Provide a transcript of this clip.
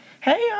Hey